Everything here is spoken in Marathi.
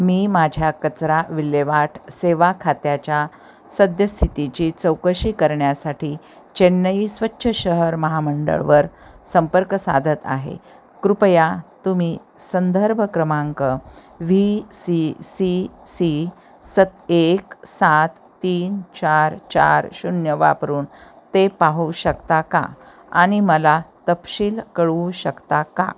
मी माझ्या कचरा विल्हेवाट सेवा खात्याच्या सद्यस्थितीची चौकशी करण्यासाठी चेन्नई स्वच्छ शहर महामंडळवर संपर्क साधत आहे कृपया तुम्ही संदर्भ क्रमांक व्ही सी सी सी सत् एक सात तीन चार चार शून्य वापरून ते पाहू शकता का आणि मला तपशील कळवू शकता का